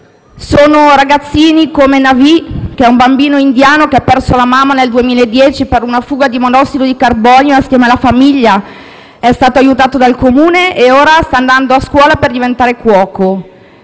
sono ragazzini come Navid, che è un bambino indiano che ha perso la mamma nel 2010 per una fuga di monossido di carbonio assieme alla famiglia, è stato aiutato dal Comune e ora sta andando a scuola per diventare cuoco;